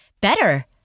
better